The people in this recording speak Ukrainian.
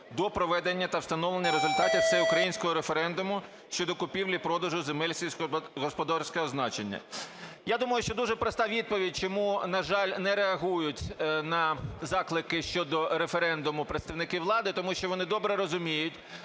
до проведення та встановлення результатів всеукраїнського референдуму щодо купівлі-продажу земель сільськогосподарського призначення". Я думаю, що дуже проста відповідь, чому, на жаль, не реагують на заклики щодо референдуму представники влади, тому що вони добре розуміють